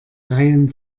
reihen